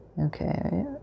Okay